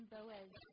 Boaz